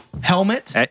Helmet